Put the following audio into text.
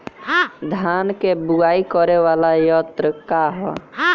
धान के बुवाई करे वाला यत्र का ह?